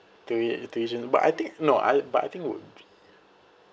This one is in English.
to to each but I think no I but I think would